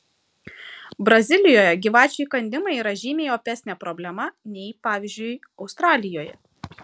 brazilijoje gyvačių įkandimai yra žymiai opesnė problema nei pavyzdžiui australijoje